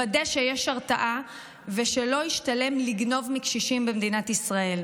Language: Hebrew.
לוודא שיש הרתעה ושלא ישתלם לגנוב מקשישים במדינת ישראל.